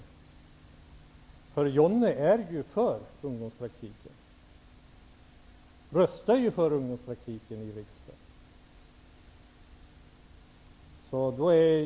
Johnny Ahlqvist är ju för ungdomspraktiken och röstade för ungdomspraktiken i riksdagen.